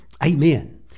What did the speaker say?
Amen